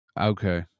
Okay